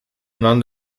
land